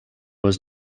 was